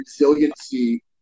resiliency